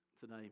today